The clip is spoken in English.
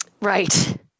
Right